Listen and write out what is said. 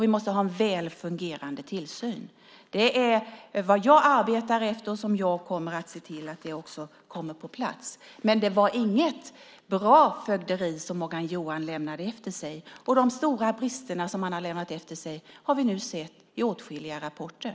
Vi måste ha en väl fungerande tillsyn. Det är vad jag arbetar efter och som jag kommer att se till finns på plats. Det var inget bra fögderi som Morgan Johansson lämnade efter sig. De stora brister som man lämnade efter sig har vi nu sett i åtskilliga rapporter.